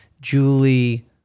Julie